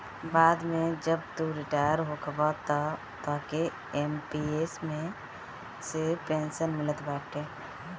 बाद में जब तू रिटायर होखबअ तअ तोहके एम.पी.एस मे से पेंशन मिलत बाटे